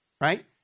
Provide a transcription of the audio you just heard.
right